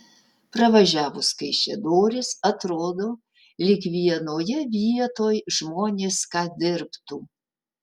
pravažiavus kaišiadoris atrodo lyg vienoje vietoj žmonės ką dirbtų